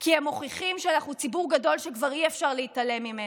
כי הם מוכיחים שאנחנו ציבור גדול שכבר אי-אפשר להתעלם ממנו.